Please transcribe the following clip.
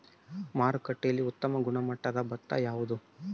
ಮಾರುಕಟ್ಟೆಯಲ್ಲಿ ಉತ್ತಮ ಗುಣಮಟ್ಟದ ಭತ್ತ ಯಾವುದು?